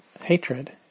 hatred